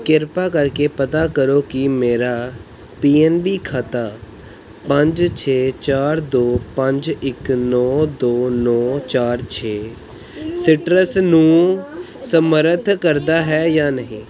ਕਿਰਪਾ ਕਰਕੇ ਪਤਾ ਕਰੋ ਕਿ ਮੇਰਾ ਪੀ ਐਨ ਬੀ ਖਾਤਾ ਪੰਜ ਛੇ ਚਾਰ ਦੋ ਪੰਜ ਇੱਕ ਨੌਂ ਦੋ ਨੌਂ ਚਾਰ ਛੇ ਸੀਟਰਸ ਨੂੰ ਸਮਰਥ ਕਰਦਾ ਹੈ ਜਾਂ ਨਹੀਂ